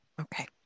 Okay